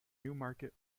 newmarket